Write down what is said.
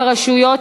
הצלחתי.